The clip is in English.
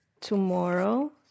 tomorrow